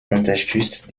unterstützt